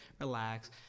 relax